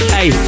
Hey